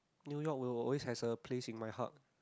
new-york will always has a place in my heart